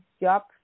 job